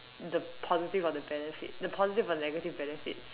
the positive or the benefits the positive or negative benefits